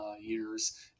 years